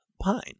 pine